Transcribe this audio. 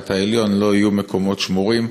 העליון לא יהיו מקומות שמורים,